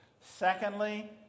Secondly